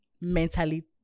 mentally